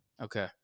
Okay